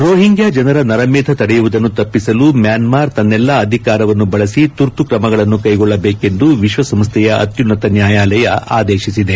Rohingya ಜನರ ವಿರುದ್ದ ನರಮೇಧ ನಡೆಯುವುದನ್ನು ತಪ್ಪಸಲು ಮ್ಯಾನಾರ್ ತನ್ನೆಲ್ಲಾ ಅಧಿಕಾರವನ್ನು ಬಳಸಿ ತುರ್ತು ಕ್ರಮಗಳನ್ನು ಕೈಗೊಳ್ಳಬೇಕೆಂದು ವಿಶ್ವಸಂಸ್ಗೆಯ ಅತ್ಲುನ್ನತ ನ್ಲಾಯಾಲಯ ಆದೇಶಿಸಿದೆ